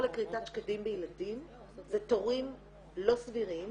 לכריתת שקדים בילדים זה תורים לא סבירים